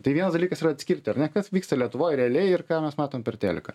tai vienas dalykas yra atskirti ar ne kas vyksta lietuvoj realiai ir ką mes matom per teliką